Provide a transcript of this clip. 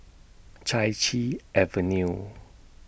Chai Chee Avenue